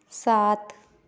सात